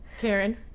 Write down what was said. Karen